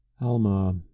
Alma